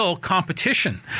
competition